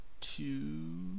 two